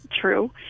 true